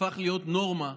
הפך להיות נורמה.